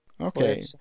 Okay